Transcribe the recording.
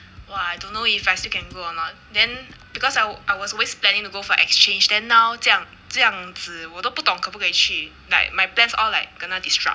!wah! I don't know I still can go or not then because I wa~ I was always planning to go for exchange then now 这样这样子我都不懂可不可以去 like my plans all like kena disrupt